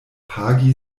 pagi